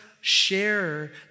share